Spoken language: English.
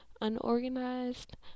unorganized